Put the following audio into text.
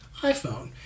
iPhone